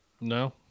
No